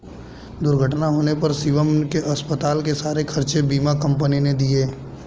दुर्घटना होने पर शिवम के अस्पताल के सारे खर्चे बीमा कंपनी ने दिए